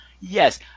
Yes